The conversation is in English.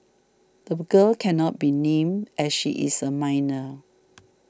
the girl cannot be named as she is a minor